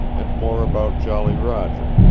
and more about jolly roger,